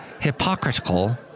Hypocritical